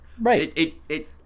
Right